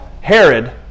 Herod